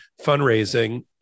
fundraising